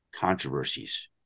controversies